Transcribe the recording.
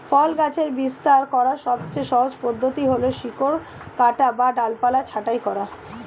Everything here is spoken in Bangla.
ফল গাছের বিস্তার করার সবচেয়ে সহজ পদ্ধতি হল শিকড় কাটা বা ডালপালা ছাঁটাই করা